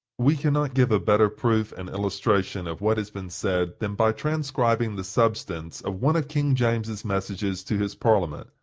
we can not give a better proof and illustration of what has been said than by transcribing the substance of one of king james's messages to his parliament,